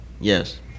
Yes